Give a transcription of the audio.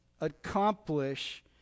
accomplish